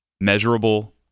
measurable